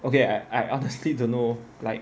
okay I I honestly don't know like